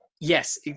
Yes